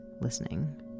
listening